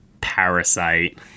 Parasite